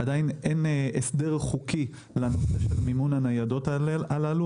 עדיין אין הסדר חוקי לנושא של מימון הניידות הללו,